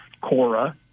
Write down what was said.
CORA